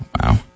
Wow